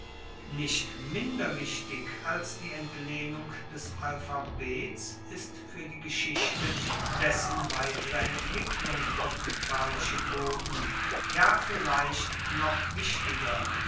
nicht minder wichtig als die entlehnung des alphabets ist fuer die geschichte dessen weitere entwicklung auf italischem boden ja vielleicht noch wichtiger